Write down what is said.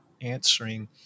answering